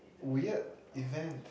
weird event